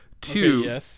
Two